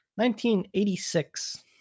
1986